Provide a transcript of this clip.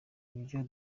ibyo